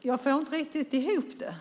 Jag får inte riktigt ihop det.